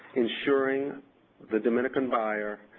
insuring the dominican buyer,